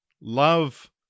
love